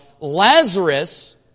Lazarus